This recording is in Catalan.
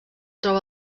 troba